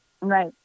Right